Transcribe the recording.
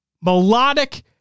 Melodic